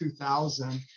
2000